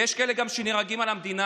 ויש גם כאלה שנהרגים למען המדינה,